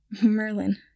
Merlin